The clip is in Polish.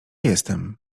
jestem